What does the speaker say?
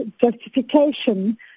justification